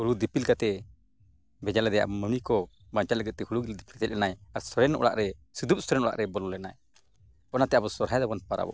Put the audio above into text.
ᱦᱩᱲᱩ ᱫᱤᱯᱤᱞ ᱠᱟᱛᱮᱫ ᱵᱷᱮᱡᱟ ᱞᱮᱫᱮᱭᱟ ᱢᱟᱹᱱᱢᱤ ᱠᱚ ᱵᱟᱧᱪᱟᱣ ᱞᱟᱹᱜᱤᱫ ᱛᱮ ᱦᱩᱲᱩ ᱫᱤᱯᱤᱞ ᱠᱟᱛᱮᱫ ᱦᱮᱡ ᱞᱮᱱᱟᱭ ᱟᱨ ᱥᱚᱨᱮᱱ ᱚᱲᱟᱜ ᱨᱮ ᱥᱤᱫᱩᱯ ᱥᱚᱨᱮᱱ ᱚᱲᱟᱜᱨᱮ ᱵᱚᱞᱚ ᱞᱮᱱᱟᱭ ᱚᱱᱟᱛᱮ ᱟᱵᱚ ᱥᱚᱦᱚᱨᱟᱭ ᱫᱚᱵᱚᱱ ᱯᱚᱨᱚᱵᱚᱜ ᱠᱟᱱᱟ